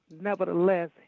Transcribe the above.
nevertheless